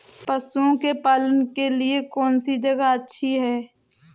पशुओं के पालन के लिए कौनसी जगह अच्छी है?